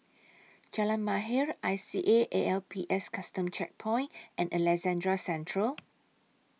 Jalan Mahir I C A A L P S Custom Checkpoint and Alexandra Central